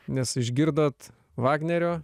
nes išgirdot vagnerio